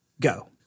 go